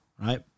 Right